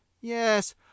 Yes